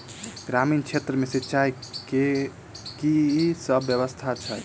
ग्रामीण क्षेत्र मे सिंचाई केँ की सब व्यवस्था छै?